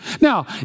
Now